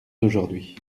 d’aujourd’hui